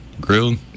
Grilled